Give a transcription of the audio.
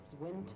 winter